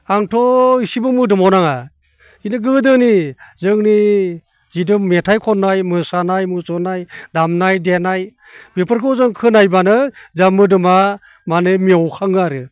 आंथ' इसेबो मोदोमाव नाङा खिन्थु गोदोनि जोंनि जिथु मेथाइ खननाय मोसानाय मुसुरनाय दामनाय देनाय बेफोरखौ जों खोनायोबानो जा मोदोमा माने मेवखाङो आरो